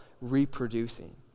reproducing